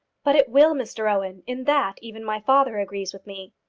but it will, mr owen. in that even my father agrees with me.